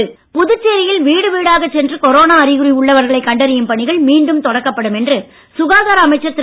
மல்லாடி புதுச்சேரியில் வீடு வீடாகச் சென்று கொரோனா அறிகுறி உள்ளவர்களை கண்டறியும் பணிகள் மீண்டும் தொடக்கப்படும் என்று சுகாதார அமைச்சர் திரு